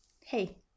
Hey